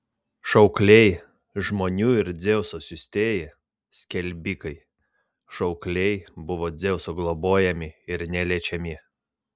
šaukliai žmonių ir dzeuso siųstieji skelbikai šaukliai buvo dzeuso globojami ir neliečiami